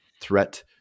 threat